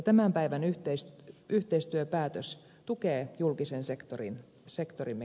tämän päivän yhteistyöpäätös tukee julkisen sektorimme kestävyyttä